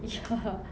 ya